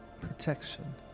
protection